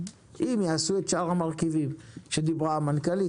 אם יעשו את שאר המרכיבים שדיברה המנכ"לית